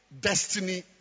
destiny